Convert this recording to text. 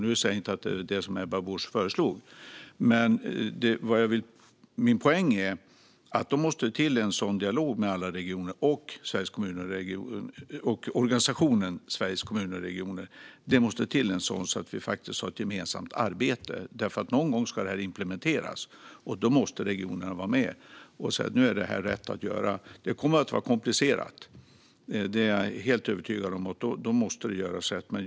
Nu säger jag inte att det är det som Ebba Busch föreslår, men min poäng är att det behövs en dialog med alla regioner och med organisationen Sveriges Kommuner och Regioner. Det måste till en sådan, så att vi har ett gemensamt arbete. Någon gång ska det implementeras, och då måste regionerna vara med. Det kommer att bli komplicerat - det är jag helt övertygad om - och då måste det göras rätt.